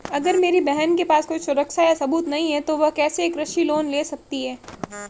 अगर मेरी बहन के पास कोई सुरक्षा या सबूत नहीं है, तो वह कैसे एक कृषि लोन ले सकती है?